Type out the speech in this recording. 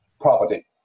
property